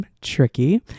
tricky